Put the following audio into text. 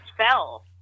spell